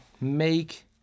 make